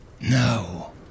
No